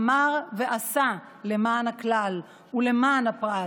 אמר ועשה למען הכלל ולמען הפרט,